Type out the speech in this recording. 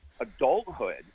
adulthood